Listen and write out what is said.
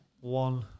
one